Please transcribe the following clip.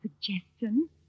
suggestion